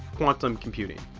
quantum computing.